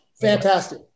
Fantastic